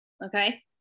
Okay